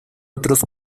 otros